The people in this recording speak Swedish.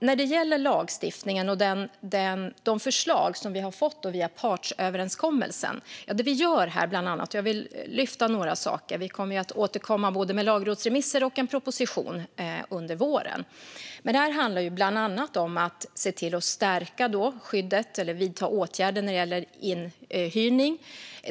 När det gäller lagstiftningen och de förslag som vi har fått via partsöverenskommelsen vill jag lyfta fram några saker som vi gör. Vi kommer att återkomma med både lagrådsremisser och en proposition under våren. Det handlar bland annat om att stärka skyddet eller vidta åtgärder när det gäller inhyrning.